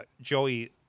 Joey